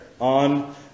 on